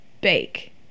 bake